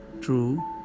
True